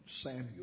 Samuel